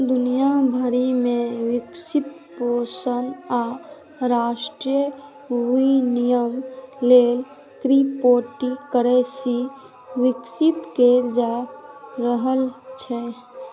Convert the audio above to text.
दुनिया भरि मे वित्तपोषण आ अंतरराष्ट्रीय विनिमय लेल क्रिप्टोकरेंसी विकसित कैल जा रहल छै